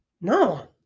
No